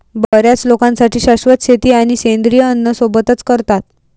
बर्याच लोकांसाठी शाश्वत शेती आणि सेंद्रिय अन्न सोबतच करतात